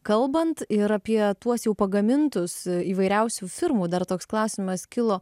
kalbant ir apie tuos jau pagamintus įvairiausių firmų dar toks klausimas kilo